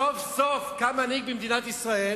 סוף-סוף קם מנהיג במדינת ישראל